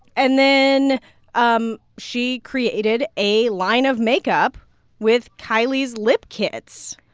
and then um she created a line of makeup with kylie's lip kits,